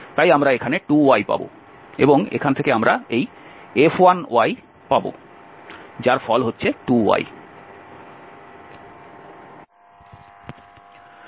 তাই আমরা এখানে 2 y পাবো এবং এখান থেকে আমরা এই F1yপাবো যার ফল হচ্ছে 2 y